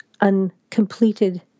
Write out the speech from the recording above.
uncompleted